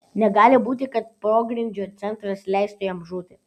negali būti kad pogrindžio centras leistų jam žūti